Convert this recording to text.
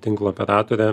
tinklo operatorė